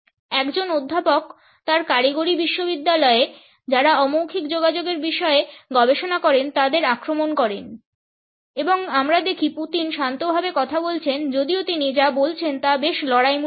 একজন অধ্যাপক তার কারিগরি বিশ্ববিদ্যালয়ে যাঁরা অ মৌখিক যোগাযোগের বিষয়ে গবেষণা করেন তাদের আক্রমণ করেন এবং আমরা দেখি পুতিন শান্তভাবে কথা বলেছেন যদিও তিনি যা বলছেন তা বেশ লড়াইমূলক ছিল